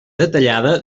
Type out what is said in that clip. detallada